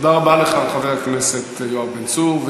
תודה רבה לך, חבר הכנסת יואב בן צור.